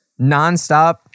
nonstop